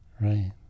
Right